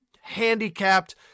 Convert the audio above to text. handicapped